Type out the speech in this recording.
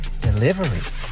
Delivery